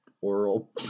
Oral